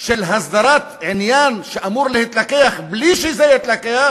של הסדרת עניין שאמור להתלקח בלי שזה יתלקח,